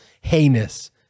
heinous